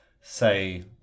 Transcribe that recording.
say